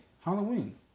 Halloween